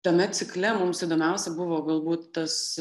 tame cikle mums įdomiausia buvo galbūt tas